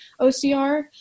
OCR